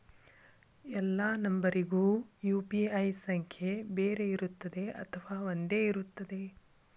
ಎಲ್ಲಾ ನಂಬರಿಗೂ ಯು.ಪಿ.ಐ ಸಂಖ್ಯೆ ಬೇರೆ ಇರುತ್ತದೆ ಅಥವಾ ಒಂದೇ ಇರುತ್ತದೆ?